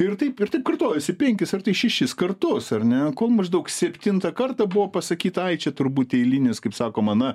ir taip ir taip kartojosi penkis ar tai šešis kartus ar ne maždaug septintą kartą buvo pasakyta ai čia turbūt eilinis kaip sakoma na